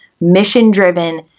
mission-driven